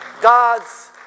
God's